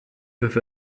with